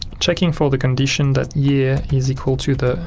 checking for the condition that year is equal to the